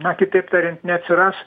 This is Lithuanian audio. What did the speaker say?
na kitaip tarian neatsiras